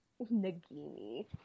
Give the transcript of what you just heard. nagini